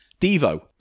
Devo